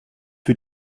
für